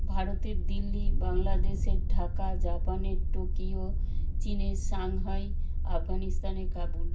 ভারতের দিল্লি বাংলাদেশের ঢাকা জাপানের টোকিও চীনের সাংহাই আফগানিস্তানে কাবুল